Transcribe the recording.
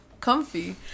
comfy